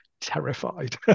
terrified